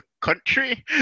country